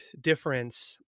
difference